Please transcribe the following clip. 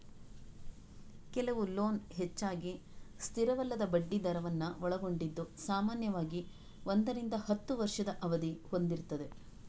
ಕೆಲವು ಲೋನ್ ಹೆಚ್ಚಾಗಿ ಸ್ಥಿರವಲ್ಲದ ಬಡ್ಡಿ ದರವನ್ನ ಒಳಗೊಂಡಿದ್ದು ಸಾಮಾನ್ಯವಾಗಿ ಒಂದರಿಂದ ಹತ್ತು ವರ್ಷದ ಅವಧಿ ಹೊಂದಿರ್ತದೆ